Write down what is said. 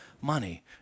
Money